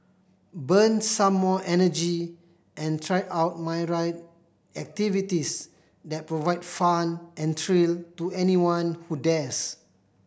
burn some more energy and try out myriad activities that provide fun and thrill to anyone who dares